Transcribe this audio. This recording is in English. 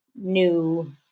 new